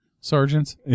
sergeants